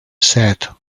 set